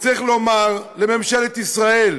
וצריך לומר לממשלת ישראל,